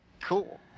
Cool